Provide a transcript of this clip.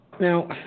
Now